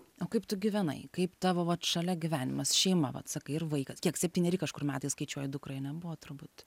o kaip tu gyvenai kaip tavo vat šalia gyvenimas šeima vat sakai ir vaikas kiek septyneri kažkur metais skaičiuoji dukrai ane buvo turbūt